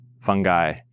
fungi